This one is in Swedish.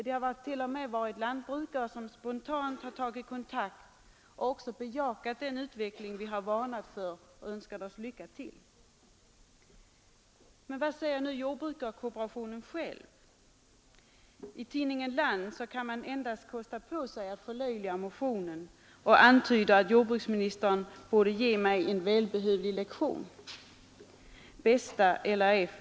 Det har t.o.m. varit lantbrukare som spontant har tagit kontakt och bejakat våra varningar för utvecklingen samt önskat oss lycka till. Och vad säger jordbrukskooperationen själv? I tidningen Land kan man endast kosta på sig att förlöjliga motionen och antyda att jordbruksministern borde ge mig en välbehövlig lektion. Bästa LRF!